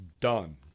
done